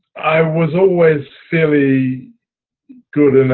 i was always fairly good